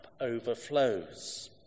overflows